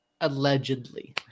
allegedly